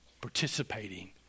participating